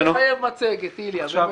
לא, זה מחייב מצגת, איליה, באמת.